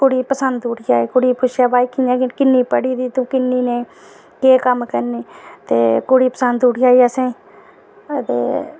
कुड़ी पसंद आई ते कुड़ी गी पुच्छेआ कि किन्नी पढ़ी दी तू किन्नी नेईं ते केह् कम्म करनी ते कुड़ी पसंद उठी आई असेंगी ते